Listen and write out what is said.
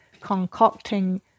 concocting